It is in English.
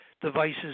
devices